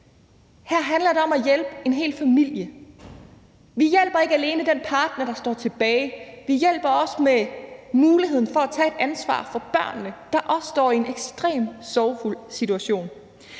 Her handler det om at hjælpe en hel familie. Vi hjælper ikke alene den partner, der står tilbage; vi hjælper også med at give dem muligheden for at tage et ansvar for børnene, der også står i en ekstremt sorgfuld situation.